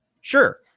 Sure